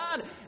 God